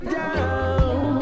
down